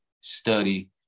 study